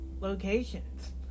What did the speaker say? locations